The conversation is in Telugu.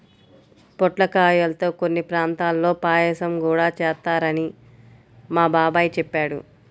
పొట్లకాయల్తో కొన్ని ప్రాంతాల్లో పాయసం గూడా చేత్తారని మా బాబాయ్ చెప్పాడు